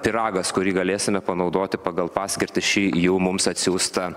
pyragas kurį galėsime panaudoti pagal paskirtį šį jau mums atsiųsta